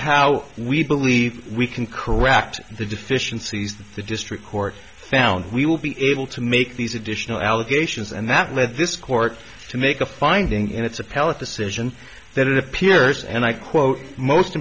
how we believe we can correct the deficiencies that the district court found we will be able to make these additional allegations and that led this court to make a finding in its appellate decision that it appears and i quote most